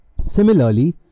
Similarly